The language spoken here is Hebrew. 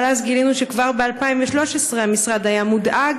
אבל אז גילינו שכבר ב-2013 המשרד היה מודאג